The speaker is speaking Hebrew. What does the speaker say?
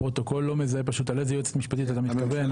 הפרוטוקול לא מזהה פשוט על איזה יועצת משפטית אתה מתכוון.